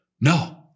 No